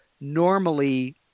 normally